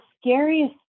scariest